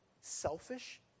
selfish